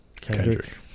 Kendrick